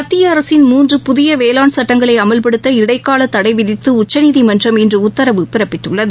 மத்தியஅரசின் மூன்று புதியவேளாண் சட்டங்களைஅமல்படுத்த இடைக்காலதடைவிதித்துஉச்சநீதிமன்றம் இன்றுடத்தரவு பிறப்பித்துள்ளது